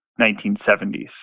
1970s